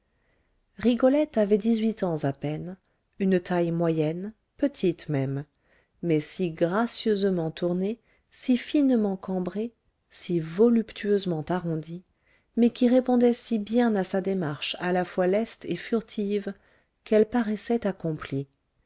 rigolette avait dix-huit ans à peine une taille moyenne petite même mais si gracieusement tournée si finement cambrée si voluptueusement arrondie mais qui répondait si bien à sa démarche à la fois leste et furtive qu'elle paraissait accomplie